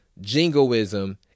jingoism